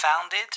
founded